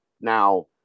now